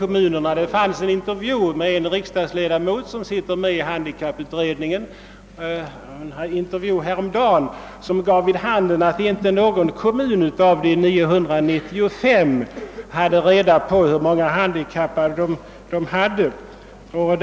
Det gjordes häromdagen en intervju med en riksdagsledamot som är ledamot i handikapputredningen, och den intervjun gav vid handen att man inte i någon av våra 995 kommmuner har reda på hur många handikappade man har i kommunen.